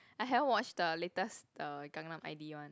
I haven't watch the latest the Gangnam I_D one